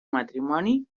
matrimoni